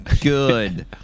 good